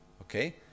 Okay